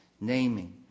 naming